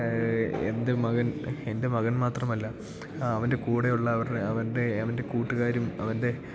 എൻ്റെ മകൻ എൻ്റെ മകൻ മാത്രമല്ല അവൻ്റെ കൂടെയുള്ള അവരുടെ അവന്റെ അവന്റെ കൂട്ടുകാരും അവൻ്റെ